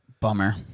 bummer